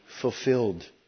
fulfilled